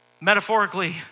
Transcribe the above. metaphorically